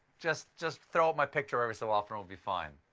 just just throw up my picture every so often, will be fine.